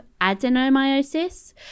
adenomyosis